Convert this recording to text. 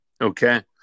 Okay